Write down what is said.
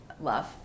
Love